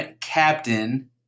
captain